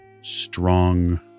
strong